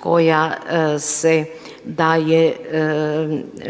koja se daje